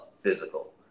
physical